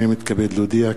הנני מתכבד להודיע,